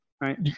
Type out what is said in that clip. right